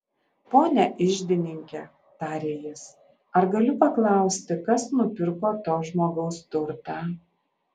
pone iždininke tarė jis ar galiu paklausti kas nupirko to žmogaus turtą